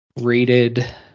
rated